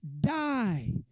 die